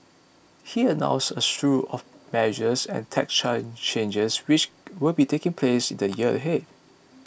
he announced a slew of measures and tax charge changes which will be taking place in the year ahead